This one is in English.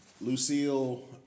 Lucille